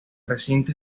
recinto